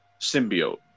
symbiote